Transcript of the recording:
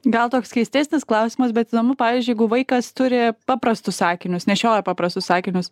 gal toks keistesnis klausimas bet įdomu pavyzdžiui jeigu vaikas turi paprastus akinius nešioja paprastus sakinius